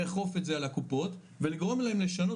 לאכוף את זה על הקופות ולגרום להם לשנות